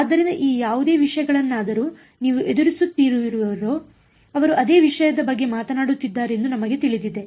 ಆದ್ದರಿಂದ ಈ ಯಾವುದೇ ವಿಷಯಗಳನ್ನಾದರೂ ನೀವು ಎದುರಿಸುತ್ತೀರಿವಿರೋ ಅವರು ಅದೇ ವಿಷಯದ ಬಗ್ಗೆ ಮಾತನಾಡುತ್ತಿದ್ದಾರೆಂದು ನಿಮಗೆ ತಿಳಿದಿದೆ